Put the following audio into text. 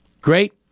Great